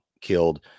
killed